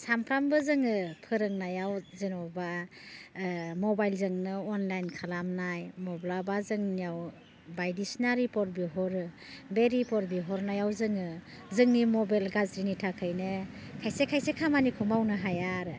सामफ्रामबो जोङो फोरोंनायाव जेन'बा मबाइलजोंनो अनलाइन खालामनाय माब्लाबा जोंनियाव बायदिसिना रिपर्ट बिहरो बे रिपर्ट बिहरनायाव जोङो जोंनि मबाइल गाज्रिनि थाखायनो खायसे खायसे खामानिखौ मावनो हाया आरो